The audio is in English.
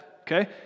Okay